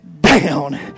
down